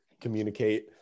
communicate